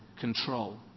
control